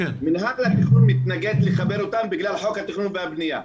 מינהל התכנון מתנגד לחבר אותם בגלל חוק התכנון והבנייה,